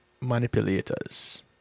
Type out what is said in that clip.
manipulators